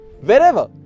wherever